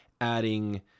adding